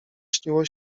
śniło